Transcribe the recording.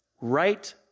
Right